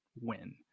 win